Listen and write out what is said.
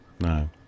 No